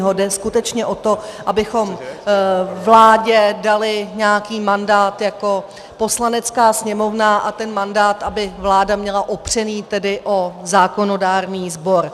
Jde skutečně o to, abychom vládě dali nějaký mandát jako Poslanecká sněmovna a ten mandát aby vláda měla opřený o zákonodárný sbor.